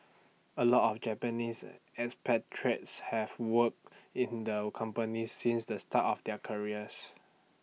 A lot of Japanese expatriates have worked in the company since the start of their careers